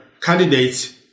candidates